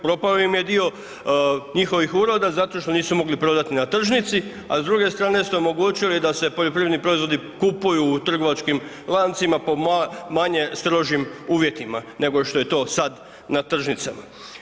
Propao im je dio njihovih uroda zato što nisu mogli prodati na tržnici, a s druge strane ste omogućili da se poljoprivredni proizvodi kupuju u trgovačkim lancima, po manje strožim uvjetima nego što je to sad na tržnicama.